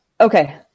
Okay